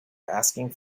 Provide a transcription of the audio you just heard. asking